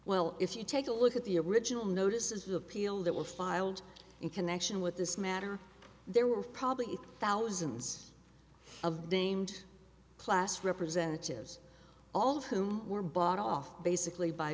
well if you take a look at the original notices of appeal that were filed in connection with this matter there were probably thousands of deemed class representatives all of whom were bought off basically by